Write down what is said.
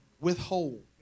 withhold